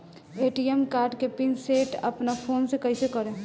ATM card के PIN set अपना phone से कइसे करेम?